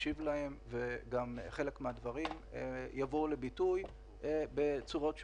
מקשיב להם וגם חלק מן הדברים יבואו לביטוי בצורות שונות.